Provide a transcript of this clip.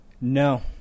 No